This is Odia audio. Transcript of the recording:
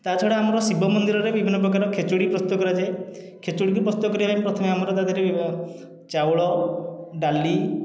ତା'ଛଡ଼ା ଆମର ଶିବ ମନ୍ଦିରରେ ବିଭିନ୍ନ ପ୍ରକାର ଖେଚୁଡ଼ି ପ୍ରସ୍ତୁତ କରାଯାଏ ଖେଚୁଡ଼ିକି ପ୍ରସ୍ତୁତ କରିବାପାଇଁ ପ୍ରଥମେ ଆମର ତା' ଦେହରେ ଚାଉଳ ଡାଲି